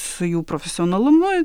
su jų profesionalumu